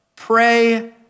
Pray